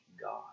God